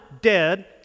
dead